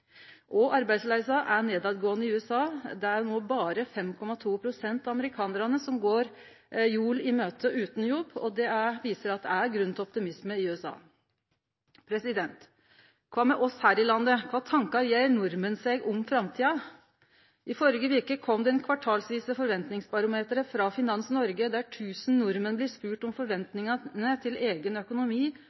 2008. Arbeidsløysa er fallande i USA. Det er no berre 5,2 pst. av amerikanarane som går jula i møte utan jobb. Det viser at det er grunn til optimisme i USA. Kva med oss her i landet? Kva tankar gjer nordmenn seg om framtida? I førre veke kom det kvartalsvise forventingsbarometeret frå Finans Norge der 1 000 nordmenn blir spurde om forventingane til eigen økonomi